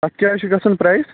اَتھ کیٛاہ حظ چھُ گَژھان پرٛایِس